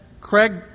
Craig